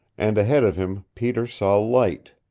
and ahead of him peter saw light.